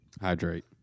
Hydrate